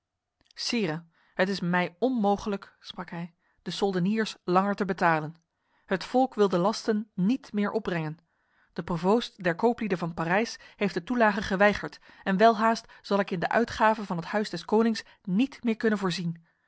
sire het is mij onmogelijk sprak hij de soldeniers langer te betalen het volk wil de lasten niet meer opbrengen de provoost der kooplieden van parijs heeft de toelage geweigerd en welhaast zal ik in de uitgaven van het huis des konings niet meer kunnen voorzien